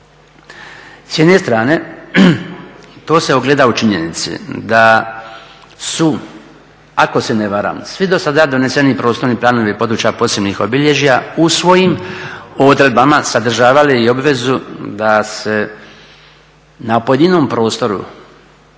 S jedne strane to se ogleda u činjenici da su ako se ne varam svi dosada doneseni prostorni planovi područja posebnih obilježja u svojim odredbama sadržavali i obvezu da se na pojedinom prostoru